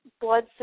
blood